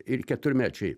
ir keturmečiai